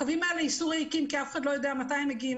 הקווים האלה ייסעו ריקים כי אף אחד לא יודע מתי הם מגיעים,